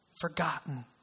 forgotten